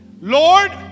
Lord